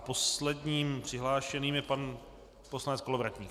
Posledním přihlášeným je pan poslanec Kolovratník.